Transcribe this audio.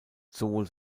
sowohl